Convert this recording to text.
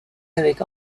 avec